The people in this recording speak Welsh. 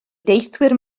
deithwyr